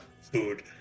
food